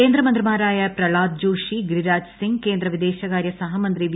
കേന്ദ്രമന്ത്രിമാരായ പ്രൾഹാദ് ജോഷി ഗിരിരാജ് സിങ് കേന്ദ്ര വിദേശകാര്യ സഹമന്ത്രി വി